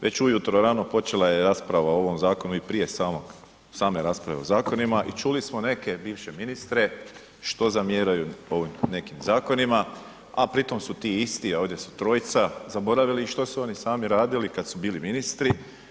Već ujutro rano počela je rasprava o ovom zakonu i prije samog, same rasprave o zakonima i čuli smo neke bivše ministre što zamjeraju ovim nekim zakonima, a pritom su ti isti, ovdje su trojica, zaboravili što su oni sami radili kad su bili ministri.